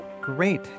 Great